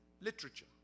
literature